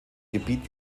gebiet